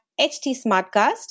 htsmartcast